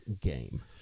game